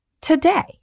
today